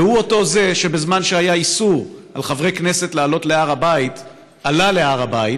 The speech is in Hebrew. והוא זה שבזמן שהיה איסור על חברי כנסת לעלות להר הבית עלה להר הבית,